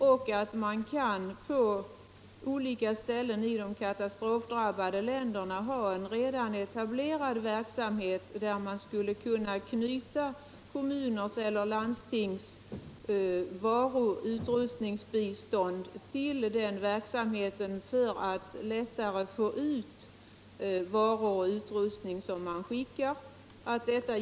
Dessutom kan de på olika ställen i de katastrofdrabbade länderna ha en redan etablerad verksamhet, till vilken man skulle kunna knyta kommuners eller landstings varuoch utrustningsbistånd för att lättare få ut vad man skickar.